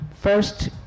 first